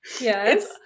Yes